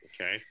Okay